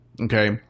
Okay